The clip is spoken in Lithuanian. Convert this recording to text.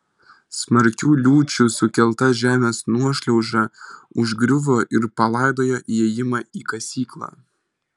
smarkių liūčių sukelta žemės nuošliauža užgriuvo ir palaidojo įėjimą į kasyklą